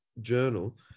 journal